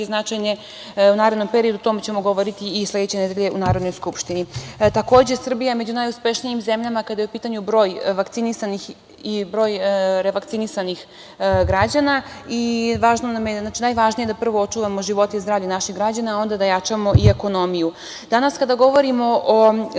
značajne i u narednom periodu. O tome ćemo govoriti i sledeće nedelje u Narodnoj skupštini. Takođe, Srbija je među najuspešnijim zemljama kada je u pitanju broj vakcinisanih i broj revakcinisanih građana i najvažnije je da prvo očuvamo živote i zdravlje naših građana, a onda da jačamo i ekonomiju. Danas kada govorimo o